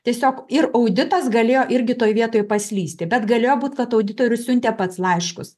tiesiog ir auditas galėjo irgi toj vietoj paslysti bet galėjo būti kad auditorius siuntė pats laiškus